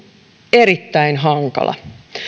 erittäin hankala